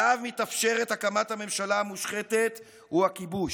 שעליו מתאפשרת הקמת הממשלה המושחתת, הוא הכיבוש.